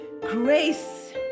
grace